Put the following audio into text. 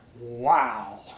Wow